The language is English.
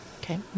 Okay